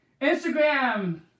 Instagram